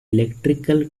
electrical